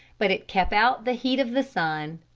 but it kept out the heat of the sun.